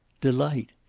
delight.